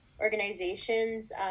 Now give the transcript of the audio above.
organizations